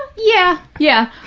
yeah, yeah.